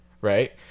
right